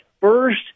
first